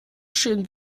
schön